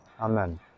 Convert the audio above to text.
amen